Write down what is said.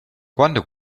quando